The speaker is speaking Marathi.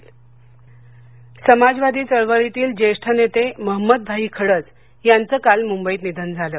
निधन खडस मंंंबई समाजवादी चळवळीतील ज्येष्ठ नेते महंमदभाई खडस यांचं काल मुंबईत निधन झालं